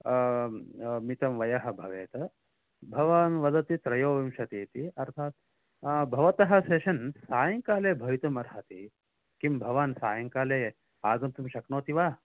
आ आ मितं वयः भवेत् भवान् वदति त्रयोविंशति इति अर्थात् भवतः सेशन् सायङ्काले भवितुमर्हति किं भवान् सायङ्काले आगन्तुं शक्नोति वा